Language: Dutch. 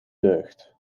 deugd